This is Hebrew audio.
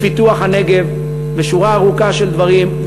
בפיתוח הנגב בשורה ארוכה של דברים,